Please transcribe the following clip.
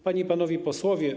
Panie i Panowie Posłowie!